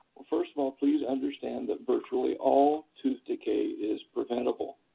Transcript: first of all, please understand that virtually all tooth decay is preventable.